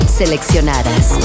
seleccionadas